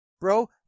Bro